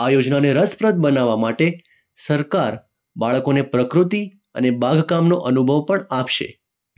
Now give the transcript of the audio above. આ યોજનાને રસપ્રદ બનાવવા માટે સરકાર બાળકોને પ્રકૃતિ અને બાગકામનો અનુભવ પણ આપશે